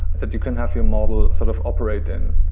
that you can have your model sort of operate in.